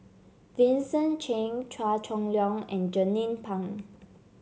Vincent Cheng Chua Chong Long and Jernnine Pang